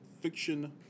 fiction